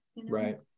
Right